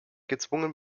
gezwungen